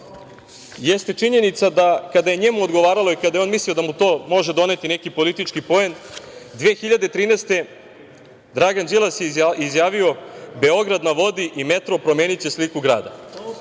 jeste činjenica da kada je njemu odgovaralo i kada je on mislio da mu to može doneti neki politički poen, 2013. godine Dragan Đilas je izjavio - „Beograd na vodi“ i metro promeniće sliku grada.